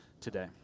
today